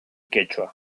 quechua